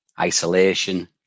isolation